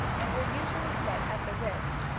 and were usually set at the wrist,